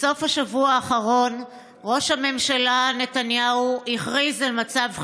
בסוף השבוע האחרון ראש הממשלה נתניהו הכריז על מצב חירום.